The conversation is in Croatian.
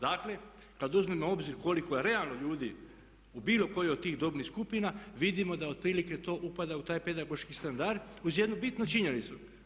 Dakle, kad uzmemo u obzir koliko je realno ljudi u bilo kojoj od tih dobnih skupina vidimo da otprilike to upada u taj pedagoški standard uz jednu bitnu činjenicu.